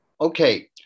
okay